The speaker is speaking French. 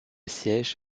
siège